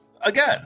again